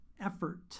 effort